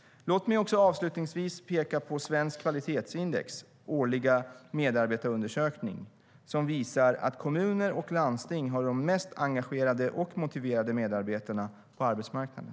Låt mig avslutningsvis peka på Svenskt Kvalitetsindex årliga medarbetarundersökning som visar att kommuner och landsting har de mest engagerade och motiverade medarbetarna på arbetsmarknaden.